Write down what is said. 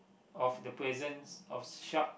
of the presence of shark